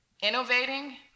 innovating